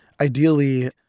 ideally